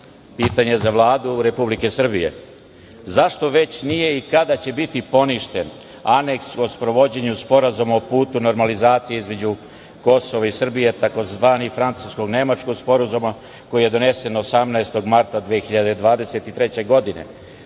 za Vladu Republike Srbije – zašto već nije i kada će biti poništen Aneks o sprovođenju Sporazuma o putu normalizacije između Kosova i Srbije, tzv. Francusko-nemačkog sporazuma, koji je donesen 18. marta 2023. godine,